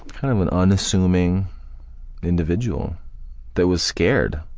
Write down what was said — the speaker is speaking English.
kind of an unassuming individual that was scared,